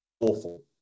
awful